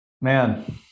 Man